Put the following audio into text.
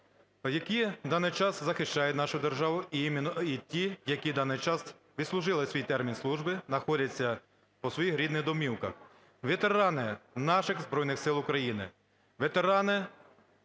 які в даний час захищають нашу державу і ті, які в даний час відслужили свій термін служби, знаходяться в своїх рідних домівках, ветерани наших Збройних Сил України, ветерани